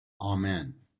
Amen